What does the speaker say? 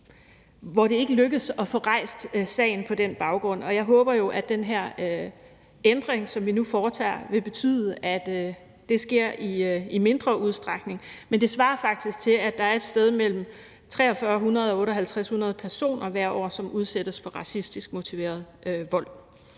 at det ikke lykkes dem at få rejst sagen på den baggrund. Og jeg håber jo, at den her ændring, som vi nu foretager, vil betyde, at det vil ske i mindre udstrækning. Men det svarer faktisk til, at der er et sted mellem 4.300 og 5.800 personer, som hvert år udsættes for racistisk motiveret vold.